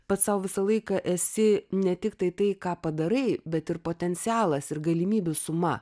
pats sau visą laiką esi ne tiktai tai ką padarai bet ir potencialas ir galimybių suma